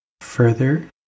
Further